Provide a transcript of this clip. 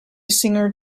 singer